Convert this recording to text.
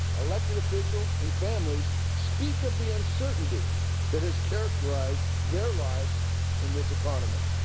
elected officials and families speak of the uncertainty that has characterized their lives in this economy.